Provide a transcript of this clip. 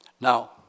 Now